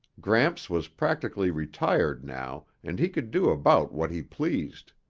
gramps was practically retired now and he could do about what he pleased.